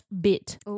bit